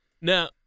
Now